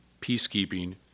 peacekeeping